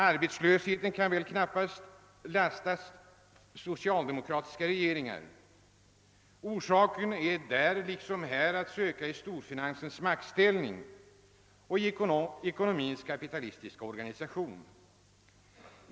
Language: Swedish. Arbetslösheten kan väl knappast socialdemokratiska regeringar lastas för. Orsaken är där liksom här att söka i storfinansens maktställning och ekonomins kapitalistiska organisation.